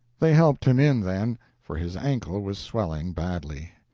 they helped him in, then, for his ankle was swelling badly.